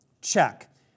Check